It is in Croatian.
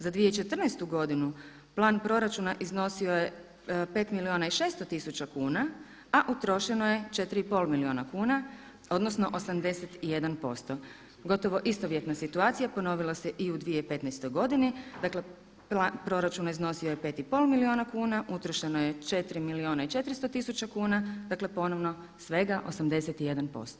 Za 2014. godinu, plan proračuna iznosio je 5 milijuna i 600 tisuća kuna, a utrošeno je 4,5 milijuna kuna odnosno 81%. gotovo istovjetna situacija ponovila se i u 2015. godini, dakle proračun je iznosio 5,5 milijuna kuna, utrošeno je 4 milijuna i 400 tisuća kuna, dakle ponovno svega 81%